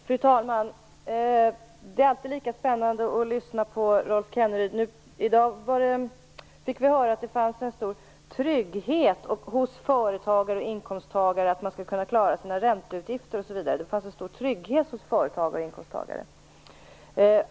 Fru talman! Det är alltid lika spännande att lyssna på Rolf Kenneryd. I dag fick vi höra att det finns en stor trygghet hos företagare och inkomsttagare genom att man kommer att kunna klara sina ränteutgifter.